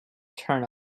turn